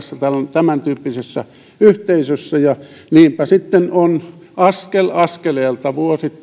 tämäntyyppisessä yhteisössä niinpä sitten on askel askeleelta